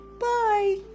bye